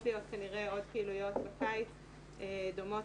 להיות כנראה עוד פעילויות בקיץ דומות,